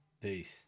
Peace